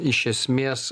iš esmės